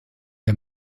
der